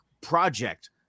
project